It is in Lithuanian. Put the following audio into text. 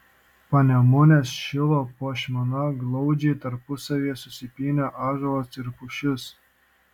panemunės šilo puošmena glaudžiai tarpusavyje susipynę ąžuolas ir pušis